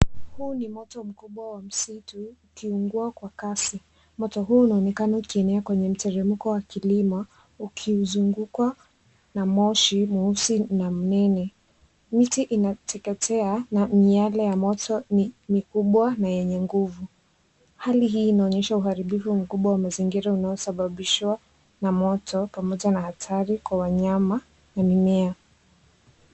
Huu ni moto mkubwa wa msitu ukiungua kwa kasi. Moto huu unaonekana ukienea kwenye mteremko wa kilima, ukizuungukwa na moshi mweusi na mnene. Miti inateketea na miale ya moto nini kubwa na yenye nguvu. Hali hii inaonyesha uharibifu mkubwa wa mazingira unaosababishwa na moto pamoja na hatari kwa wanyama na mimea.